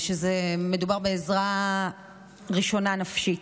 מדובר בעזרה ראשונה נפשית.